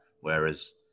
whereas